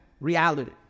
reality